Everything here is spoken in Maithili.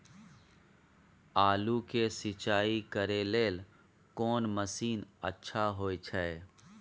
आलू के सिंचाई करे लेल कोन मसीन अच्छा होय छै?